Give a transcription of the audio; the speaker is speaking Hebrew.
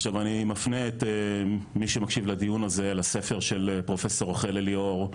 עכשיו אני מפנה את מי שמקשיב לדיון הזה לספר של פרופסור רחל אליאור,